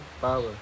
power